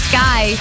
Sky